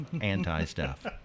anti-stuff